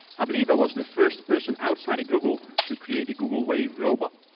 i believe i was the first person outside google to create a google wave robot.